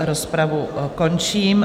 Rozpravu končím.